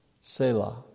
Selah